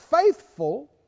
faithful